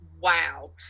wow